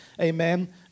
amen